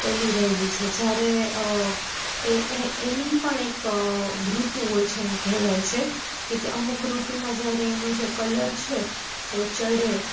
પેલી રહેલી છે જ્યારે એની પણ એક ઋતુ હોય છે એમ કહેવાય છે કે અમુક ઋતુમાં જ્યારે એનો જે કલર છે એ ચડે